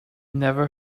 never